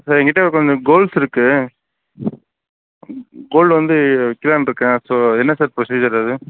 sir என்கிட்ட கொஞ்சம் golds இருக்கு கோல்ட்டு வந்து விக்கலான்னு இருக்கேன் ஸோ என்ன சார் ப்ரொசிஜர் அது